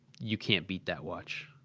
you can't beat that watch.